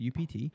UPT